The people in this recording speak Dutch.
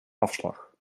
afslag